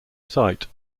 site